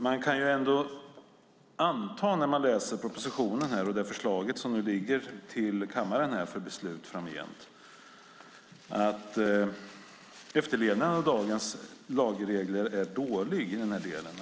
Man kan ändå anta när man läser propositionen och det förslag som nu ligger här i kammaren för beslut framgent att efterlevnaden av dagens lagregler är dålig i den här delen.